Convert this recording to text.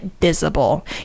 visible